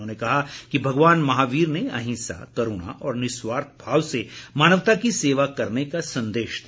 उन्होंने कहा कि भगवान महावीर ने अहिंसा करूणा और निस्वार्थ भाव से मानवता की सेवा करने का संदेश दिया